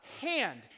hand